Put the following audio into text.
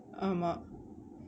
ஆமா:aamaa